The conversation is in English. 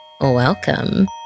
welcome